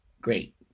Great